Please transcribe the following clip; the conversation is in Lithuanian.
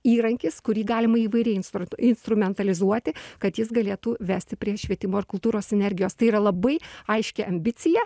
įrankis kurį galima įvairiai instrut instrumentalizuoti kad jis galėtų vesti prie švietimo ir kultūros sinergijos tai yra labai aiški ambicija